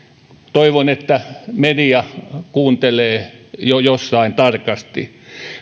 toivon että media kuuntelee jossain tarkasti